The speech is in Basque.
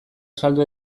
saldu